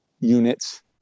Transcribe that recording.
units